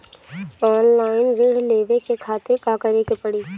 Online ऋण लेवे के खातिर का करे के पड़ी?